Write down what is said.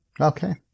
Okay